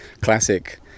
classic